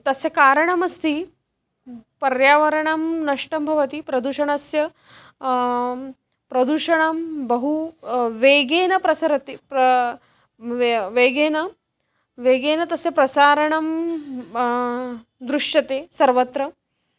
तस्य कारणमस्ति पर्यावरणं नष्टं भवति प्रदूषणस्य प्रदूषणं बहु वेगेन प्रसरति प्र वे वेगेन वेगेन तस्य प्रसारणं दृश्यते सर्वत्र